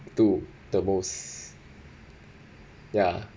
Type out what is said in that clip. to the most ya